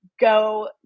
go